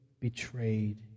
betrayed